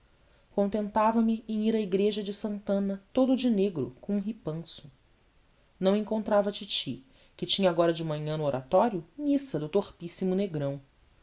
contentava me em ir à igreja de santana todo de negro com um ripanço não encontrava a titi que tinha agora de manhã no oratório missa do torpíssimo negrão